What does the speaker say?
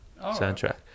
soundtrack